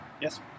Yes